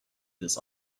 this